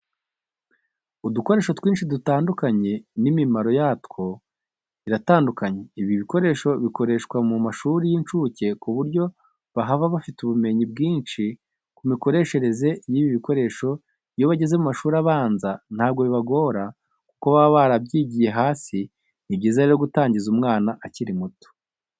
Udukoresho twinshi dutandukanye n'imimaro yatwo iratandukanye, ibi bikoresho bikoreshwa mu mashuri y'incuke ku buryo bahava bafite ubumenyi bwinshi ku mikoreshereze y'ibi bikoresho iyo bageze mu mashuri abanza ntabwo bibagora kuko baba barabyigiye hasi. Ni byiza rero gutangiza umwana akiri muto.